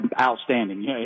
Outstanding